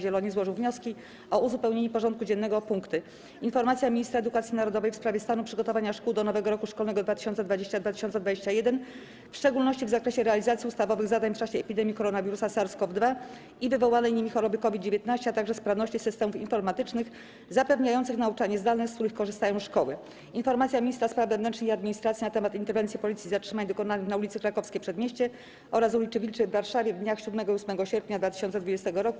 Zieloni złożył wnioski o uzupełnienie porządku dziennego o punkty: - Informacja Ministra Edukacji Narodowej w sprawie stanu przygotowania szkół do nowego roku szkolnego 2020/2021, w szczególności w zakresie realizacji ustawowych zadań w czasie epidemii koronawirusa SARS-CoV-2 i wywołanej nim choroby COVID-19, a także sprawności systemów informatycznych zapewniających nauczanie zdalne, z których korzystają szkoły, - Informacja Ministra Spraw Wewnętrznych i Administracji na temat interwencji policji i zatrzymań dokonanych na ul. Krakowskie Przedmieście oraz ul. Wilczej w Warszawie w dniach 7 i 8 sierpnia 2020 r.